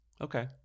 okay